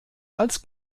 als